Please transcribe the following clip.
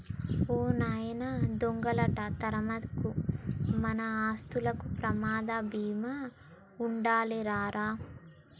ఓ నాయనా దొంగలంట తరమకు, మన ఆస్తులకి ప్రమాద బీమా ఉండాదిలే రా రా